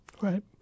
Right